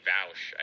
Vouch